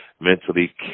mentally